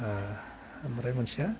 ओह ओमफ्राइ मोनसेया